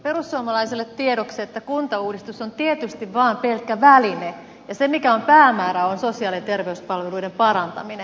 perussuomalaisille tiedoksi että kuntauudistus on tietysti vaan pelkkä väline ja se mikä on päämäärä on sosiaali ja terveyspalveluiden parantaminen